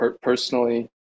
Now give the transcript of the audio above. personally